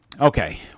okay